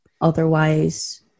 otherwise